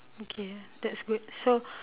okay uh that's good so